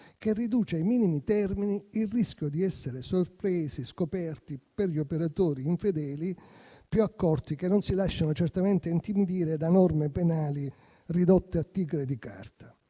che riduce ai minimi termini il rischio di essere sorpresi e scoperti per gli operatori infedeli più accorti, che non si lasciano certamente intimidire da norme penali ridotte a tigre di carta.